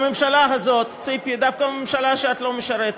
בממשלה הזאת, ציפי, דווקא בממשלה שאת לא משרתת,